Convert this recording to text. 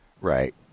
Right